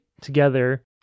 together